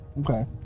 okay